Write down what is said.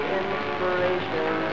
inspiration